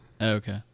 Okay